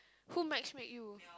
who matchmake you